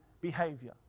behavior